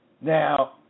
Now